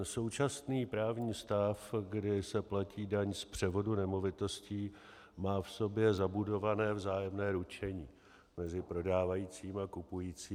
Současný právní stav, kdy se platí daň z převodu nemovitostí, má v sobě zabudované vzájemné ručení mezi prodávajícím a kupujícím.